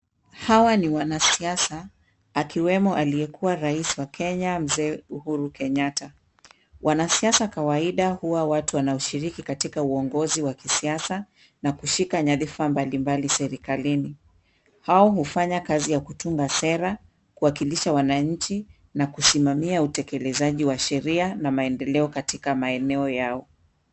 Hawa ni wanasiasa akiwemo aliyekuwa Rais wa Kenya, Mzee Uhuru Kenyatta. Wanasiasa kawaida huwa watu wanaoshiriki katika uongozi wa kisiasa na kushika nyadhifa mbalimbali serikalini. Hao hufanya kazi ya kutunga sera, kuwakilisha wananchi, na kusimamia utekelezaji wa sheria na maendeleo katika maeneo yao.